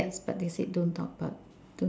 yes but they say don't talk but